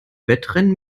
wettrennen